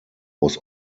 was